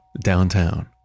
downtown